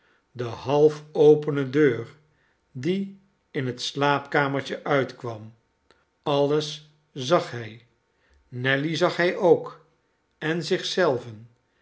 de half opene deur die in het slaapkamertje uitkwam alles zag hij nelly zag hij ook en zich